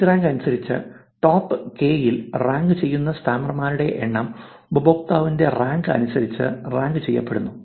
page rank അനുസരിച്ച് top K യിൽ rank ചെയ്യുന്ന സ്പാമർമാരുടെ എണ്ണം ഉപയോക്താവിന്റെ റാങ്ക് അനുസരിച്ച് റാങ്ക് ചെയ്യപ്പെടുന്നു